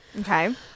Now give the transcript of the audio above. Okay